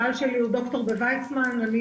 הבעל שלי הוא ד"ר בוויצמן ואני